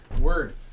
word